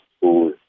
School